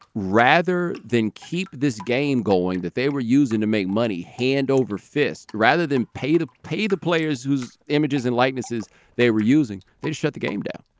rather than keep this game going that they were using to make money hand over fist rather than pay to pay the players whose images and likenesses they were using. they'd shut the game down.